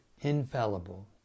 infallible